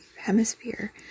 hemisphere